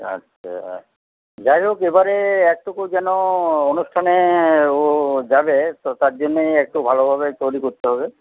আচ্ছা যাই হোক এবারে একটুকু যেন অনুষ্ঠানে ও যাবে তো তার জন্যে একটু ভালোভাবে তৈরি করতে হবে